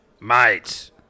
Mate